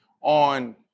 on